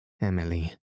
Emily